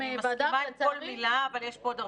אני מסכימה עם כל מילה אבל יש פה עוד הרבה דוברים.